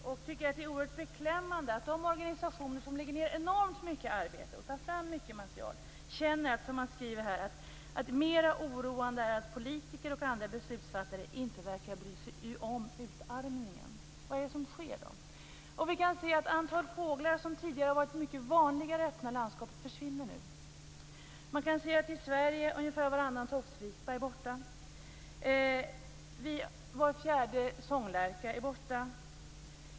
Jag tycker att det är oerhört beklämmande att de organisationer som lägger ned enormt mycket arbete och tar fram mycket material känner att det är mer oroande att politiker och andra beslutsfattare inte verkar bry sig om utarmningen. Vad är det som sker? Vi kan se att ett antal fåglar som tidigare var vanliga i öppna landskap försvinner. I Sverige är ungefär varannan tofsvipa borta. Var fjärde sånglärka är borta.